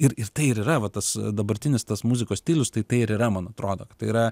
ir ir tai ir yra va tas dabartinis tas muzikos stilius tai tai ir yra man atrodo kad tai yra